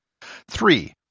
Three